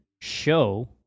show